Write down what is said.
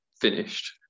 finished